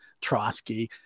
Trotsky